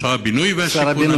שר הבינוי והשיכון?